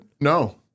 no